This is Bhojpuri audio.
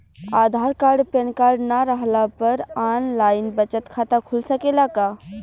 आधार कार्ड पेनकार्ड न रहला पर आन लाइन बचत खाता खुल सकेला का?